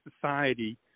society